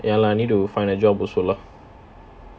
ya lah need to find a job also lah